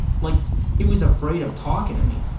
like he was afraid of talking to me.